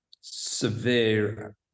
severe